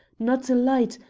not a light,